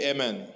Amen